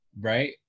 Right